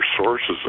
sources